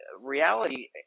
reality